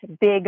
big